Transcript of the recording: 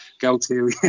go-to